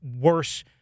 worse